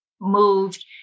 moved